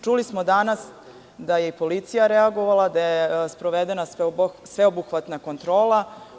Čuli smo danas da je reagovala i policija, da je sprovedena sveobuhvatna kontrola.